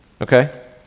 okay